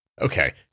Okay